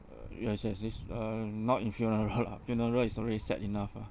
uh yes yes this uh not in funeral lah funeral is already sad enough ah